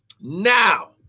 now